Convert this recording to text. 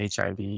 HIV